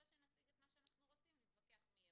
אחרי שנשיג את מה שאנחנו רוצים נתווכח מי יממן.